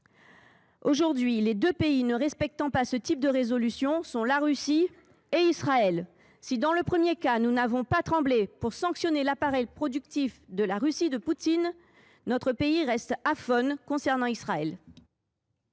Aujourd’hui, les deux pays ne respectant pas ce type de résolution sont la Russie et Israël. Si, dans le premier cas, nous n’avons pas tremblé pour sanctionner l’appareil productif de la Russie de Poutine, notre pays reste aphone concernant Israël.